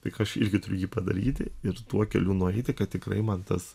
tik aš irgi turiu jį padaryti ir tuo keliu nueiti kad tikrai man tas